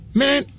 man